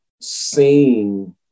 seeing